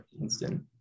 instant